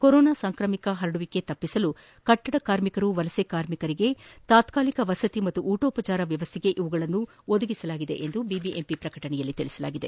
corona ಸಾಂಕ್ರಾಮಿಕ ಹರಡುವಿಕೆ ತಡೆಯಲು ಕಟ್ಟಡ ಕಾರ್ಮಿಕರು ವಲಸೆ ಕಾರ್ಮಿಕರಿಗೆ ತಾತಾಲಿಕ ವಸತಿ ಮತ್ತು ಊಟೋಪಚಾರ ವ್ಯವಸ್ಥೆಗೆ ಇವುಗಳನ್ನು ಒದಗಿಸಲಾಗಿದೆ ಎಂದು ಬಿಬಿಎಂಪಿ ಪ್ರಕಟಿಸಿದೆ